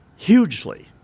hugely